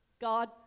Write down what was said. God